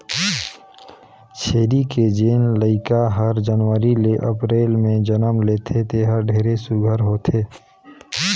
छेरी के जेन लइका हर जनवरी ले अपरेल में जनम लेथे तेहर ढेरे सुग्घर होथे